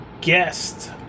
guest